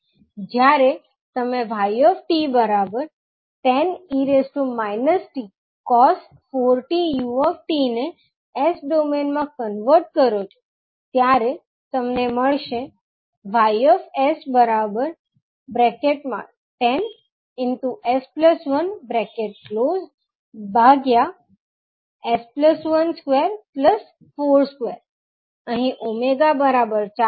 જ્યારે તમે 𝑦𝑡 10e t𝑐𝑜𝑠 4𝑡𝑢𝑡 ને S ડોમેઈન માં કન્વર્ટ કરો છો ત્યારે તમને મળશે Y 10S1〖S1〗242 અહીં ω 4 છે